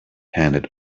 handed